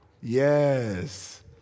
Yes